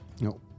No